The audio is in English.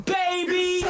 baby